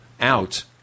out